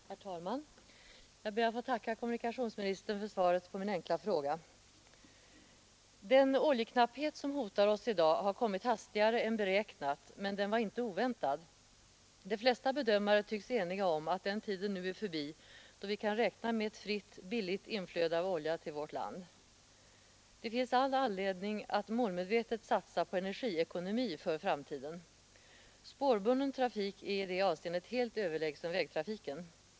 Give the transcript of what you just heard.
Herr talman! Jag ber att få tacka kommunikationsministern för svaret på min enkla fråga. Den oljeknapphet som hotar oss i dag har kommit hastigare än beräknat, men den var inte oväntad. De flesta bedömare tycks eniga om att den tiden nu är förbi då vi kan räkna med ett fritt, billigt inflöde av olja till vårt land. Det finns all anledning att målmedvetet satsa på energiekonomi för framtiden. Spårbunden trafik är i det avseendet helt överlägsen vägtrafiken.